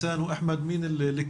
מי הגדול?